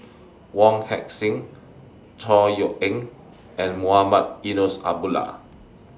Wong Heck Sing Chor Yeok Eng and Mohamed Eunos Abdullah